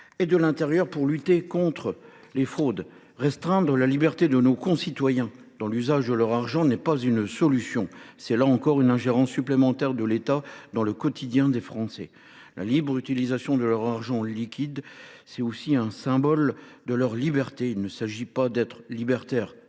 et de l’intérieur dans la lutte contre les fraudes. Restreindre la liberté de nos concitoyens dans l’usage de leur argent n’est pas une solution. Il s’agit là encore d’une ingérence supplémentaire de l’État dans le quotidien des Français. La libre utilisation de leur argent liquide est aussi un symbole de leur liberté. Certes, il ne s’agit pas d’être libertaire